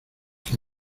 que